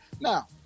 Now